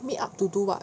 meet up to do what